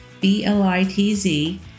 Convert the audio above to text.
B-L-I-T-Z